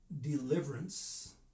deliverance